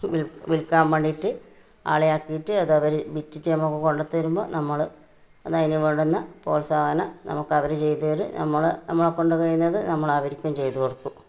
വില് വില്ക്കാന് വേണ്ടീട്ടു ആളെ ആക്കീട്ട് അതവർ വിറ്റിട്ട് നമുക്ക് കൊണ്ട് തരുമ്പോൾ നമ്മൽ അതിനു വേണ്ടുന്ന പ്രോത്സാഹനം നമുക്ക് അവർ ചെയ്തു തരും നമ്മളെ നമ്മളെ കൊണ്ട് കഴിയുന്നത് നമ്മൾ അവർക്കും ചെയ്തു കൊടുക്കും